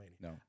No